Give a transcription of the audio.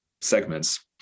segments